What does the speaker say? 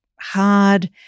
hard